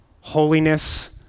holiness